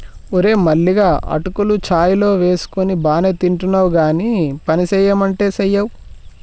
ఓరే మల్లిగా అటుకులు చాయ్ లో వేసుకొని బానే తింటున్నావ్ గానీ పనిసెయ్యమంటే సెయ్యవ్